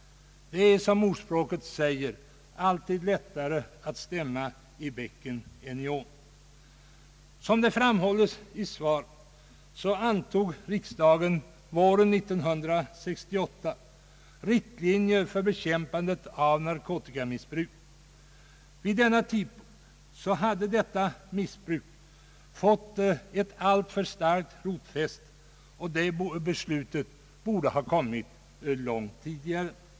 Det är som ordspråket säger: Det är bättre att stämma i bäcken än i ån. Såsom framhålles i svaret antog riksdagen våren 1968 riktlinjer för bekämpandet av narkotikamissbruket. Vid denna tidpunkt hade detta missbruk fått ett alltför starkt rotfäste, och beslutet borde ha kommit långt tidigare.